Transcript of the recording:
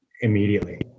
immediately